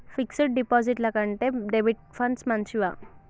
Fix డ్ డిపాజిట్ల కంటే డెబిట్ ఫండ్స్ మంచివా?